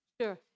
Sure